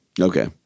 Okay